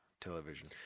television